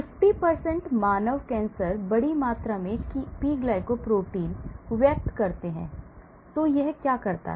50 मानव कैंसर बड़ी मात्रा में पी ग्लाइकोप्रोटीन व्यक्त करते हैं तो यह क्या करता है